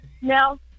No